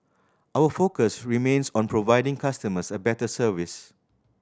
our focus remains on providing customers a better service